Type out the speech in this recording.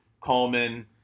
Coleman